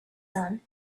son